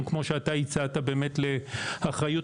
כשהצגתי את התכנית